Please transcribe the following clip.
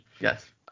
Yes